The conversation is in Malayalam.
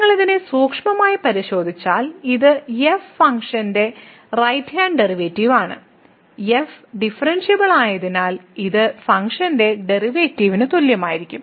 നിങ്ങൾ ഇതിനെ സൂക്ഷ്മമായി പരിശോധിച്ചാൽ ഇത് എഫ് ഫംഗ്ഷന്റെ റൈറ്റ് ഹാൻഡ് ഡെറിവേറ്റീവ് ആണ് എഫ് ഡിഫറൻസിബിൾ ആയതിനാൽ ഇത് ഫംഗ്ഷന്റെ ഡെറിവേറ്റീവിന് തുല്യമായിരിക്കും